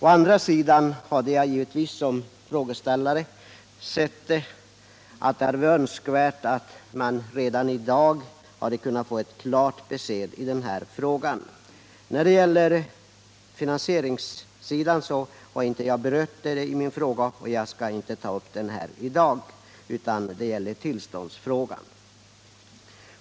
Å andra sidan hade jag som frågeställare givetvis önskat få ett klart besked redan i dag. Finansieringen, som inte berördes i min fråga, tänker jag inte ta upp i dag, utan nu gäller problemet tillståndsgivningen.